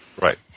Right